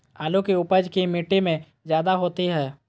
आलु की उपज की मिट्टी में जायदा होती है?